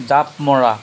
জাঁপ মৰা